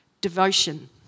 devotion